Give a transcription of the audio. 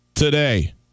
Today